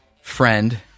friend